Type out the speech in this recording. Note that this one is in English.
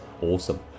awesome